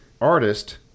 Artist